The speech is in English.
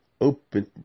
open